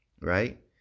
right